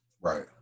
Right